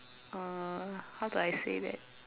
uh how do I say that